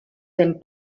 ben